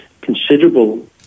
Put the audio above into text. considerable